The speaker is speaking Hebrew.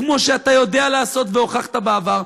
כמו שאתה יודע לעשות והוכחת בעבר,